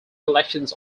collections